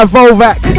Volvac